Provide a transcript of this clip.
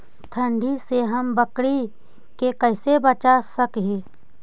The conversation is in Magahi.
ठंडी से हम बकरी के कैसे बचा सक हिय?